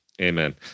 Amen